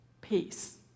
peace